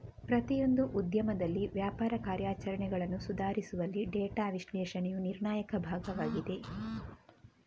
ಪ್ರತಿಯೊಂದು ಉದ್ಯಮದಲ್ಲಿ ವ್ಯಾಪಾರ ಕಾರ್ಯಾಚರಣೆಗಳನ್ನು ಸುಧಾರಿಸುವಲ್ಲಿ ಡೇಟಾ ವಿಶ್ಲೇಷಣೆಯು ನಿರ್ಣಾಯಕ ಭಾಗವಾಗಿದೆ